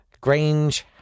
Grange